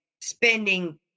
spending